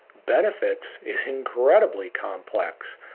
benefits is incredibly complex.